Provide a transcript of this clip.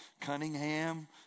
Cunningham